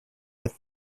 with